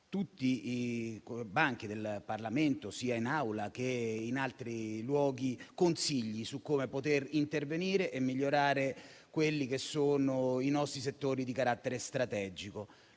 tutti i banchi del Parlamento, sia in Aula che in altre sedi, consigli su come poter intervenire e migliorare i nostri settori di carattere strategico.